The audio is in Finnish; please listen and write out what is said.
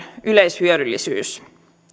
yleishyödyllisyys